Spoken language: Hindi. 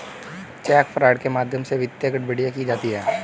चेक फ्रॉड के माध्यम से वित्तीय गड़बड़ियां की जाती हैं